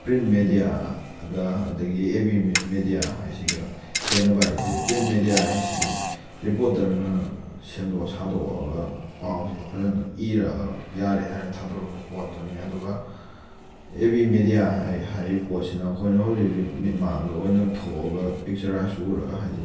print ꯃꯦꯗꯤꯌꯥꯒ ꯑꯗꯨꯗꯒꯤ ꯑꯦꯞ ꯕꯤ ꯃꯦꯗꯤꯌꯥ ꯍꯥꯏꯕꯁꯤꯒ ꯈꯦꯅꯕ ꯍꯥꯏꯁꯦ ꯄ꯭ꯔꯤꯟ ꯃꯦꯗꯤꯌꯥ ꯍꯥꯏꯁꯤꯗꯤ ꯔꯤꯄꯣꯇꯔꯅ ꯁꯦꯝꯗꯣꯛ ꯁꯥꯗꯣꯛꯑꯒ ꯄꯥꯎꯁꯦ ꯐꯖꯅ ꯏꯔꯛꯑꯒ ꯌꯥꯔꯦ ꯍꯥꯏꯔꯒ ꯊꯥꯗꯣꯔꯛꯄ ꯄꯣꯠꯇꯨꯅꯤ ꯑꯗꯨꯒ ꯑꯦꯞ ꯕꯤ ꯃꯦꯗꯤꯌꯥ ꯍꯥꯏꯔꯤꯕ ꯄꯣꯠꯁꯤꯅ ꯑꯩꯈꯣꯏꯅ ꯍꯧꯖꯤꯛ ꯍꯧꯖꯤꯛ ꯃꯤꯠꯃꯥꯡꯗ ꯑꯣꯏꯅ ꯊꯣꯛꯑꯒ ꯄꯤꯛꯆꯔꯥꯏꯁ ꯎꯔꯒ ꯍꯥꯏꯕꯗꯤ